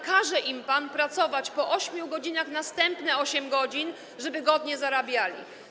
Każe im pan pracować po 8 godzinach następne 8 godzin, wtedy będą godnie zarabiali.